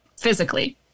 physically